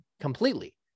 completely